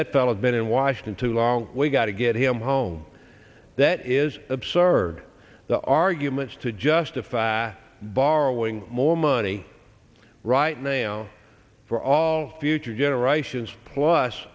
of been in washington too long we've got to get him home that is absurd the arguments to justify borrowing more money right now for all future generations plus